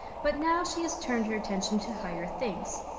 but now she has turned her attention to higher things.